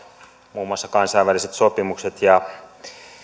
muun muassa kansainväliset sopimukset ja